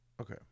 Okay